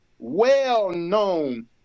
Well-known